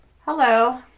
Hello